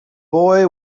boy